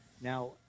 Now